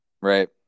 right